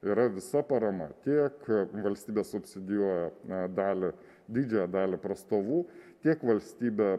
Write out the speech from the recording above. yra visa parama tiek valstybė subsidijuoja dalį didžiąją dalį prastovų tiek valstybė